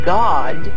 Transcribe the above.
god